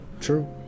true